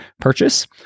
purchase